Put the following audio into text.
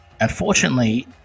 unfortunately